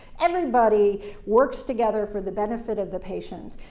everybody works together for the benefit of the patient.